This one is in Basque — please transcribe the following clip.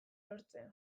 lortzea